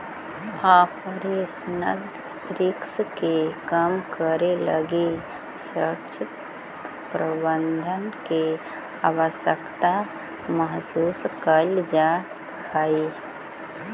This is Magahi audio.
ऑपरेशनल रिस्क के कम करे लगी सशक्त प्रबंधन के आवश्यकता महसूस कैल जा हई